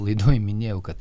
laidoj minėjau kad